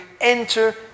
enter